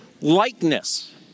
likeness